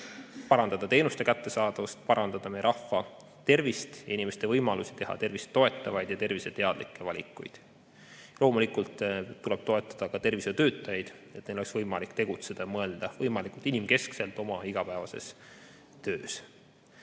parandada teenuste kättesaadavust, parandada meie rahva tervist, inimeste võimalusi teha tervist toetavaid ja terviseteadlikke valikuid. Loomulikult tuleb toetada ka tervishoiutöötajaid, et neil oleks võimalik tegutseda ja mõelda võimalikult inimkeskselt oma igapäevases töös.